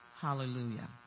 Hallelujah